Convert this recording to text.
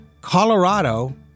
Colorado